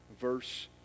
verse